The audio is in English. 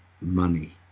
money